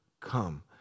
come